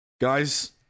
Guys